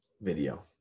video